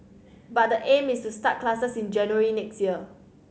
but the aim is to start classes in January next year